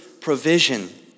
provision